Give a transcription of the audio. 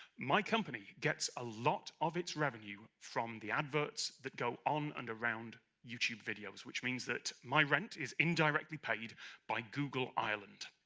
my company gets a lot of its revenue from the adverts that go on and around youtube videos. which means that my rent is indirectly paid by google, ireland.